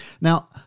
Now